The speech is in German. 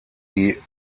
die